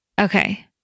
Okay